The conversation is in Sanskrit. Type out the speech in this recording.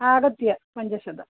आहत्य पञ्चशतं